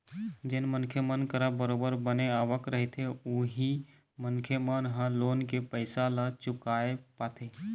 जेन मनखे मन करा बरोबर बने आवक रहिथे उही मनखे मन ह लोन के पइसा ल चुकाय पाथे